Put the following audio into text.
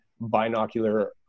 binocular